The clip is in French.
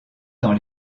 dans